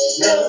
no